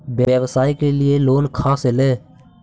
व्यवसाय के लिये लोन खा से ले?